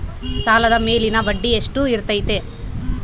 ಸಾಲದ ಮೇಲಿನ ಬಡ್ಡಿ ಎಷ್ಟು ಇರ್ತೈತೆ?